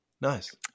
Nice